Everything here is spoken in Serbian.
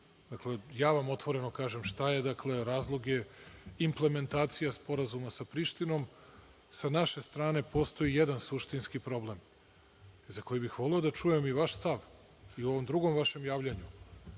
nije. Ja vam otvoreno kažem šta je. Dakle, razlog je implementacija sporazuma sa Prištinom. Sa naše strane postoji jedan suštinski problem, za koji bih voleo da čujem i vaš stav i u ovom drugom vašem javljanju,